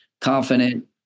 confident